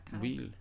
Wheel